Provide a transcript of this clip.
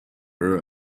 her